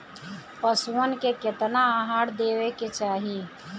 पशुअन के केतना आहार देवे के चाही?